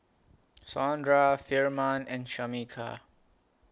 Saundra Firman and Shameka